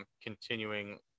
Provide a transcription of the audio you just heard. continuing